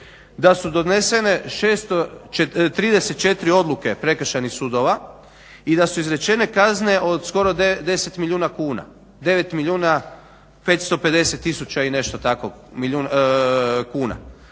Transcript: da su donesene 634 odluke prekršajnih sudova i da su izrečene kazne od skoro 10 milijuna kuna, 9 milijuna 550 tisuća i nešto tako kuna.